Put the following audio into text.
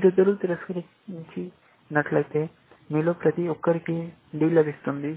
మీరిద్దరూ తిరస్కరించి నట్లయితే మీలో ప్రతి ఒక్కరికి D లభిస్తుంది